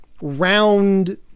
round